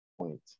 point